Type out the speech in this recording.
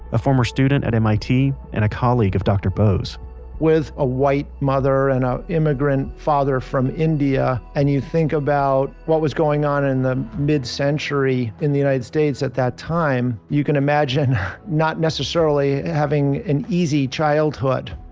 a former student at mit and colleague of dr. bose with a white mother and an immigrant father from india. and you think about what was going on in the mid-century in the united states at that time, you can imagine not necessarily having an easy childhood.